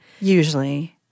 Usually